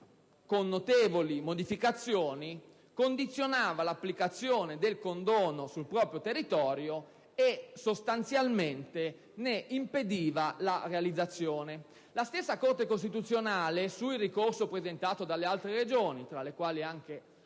con notevoli modificazioni, condizionava l'applicazione del condono sul proprio territorio e sostanzialmente ne impediva la realizzazione. La stessa Corte costituzionale, in relazione al ricorso presentato dalle altre Regioni (tra cui la